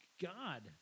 God